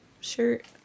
shirt